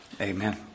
Amen